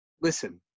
listen